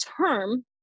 term